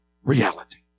Reality